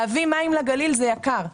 להביא מים לגליל זה יקר,